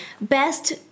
best